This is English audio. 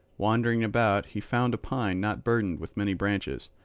wandering about he found a pine not burdened with many branches,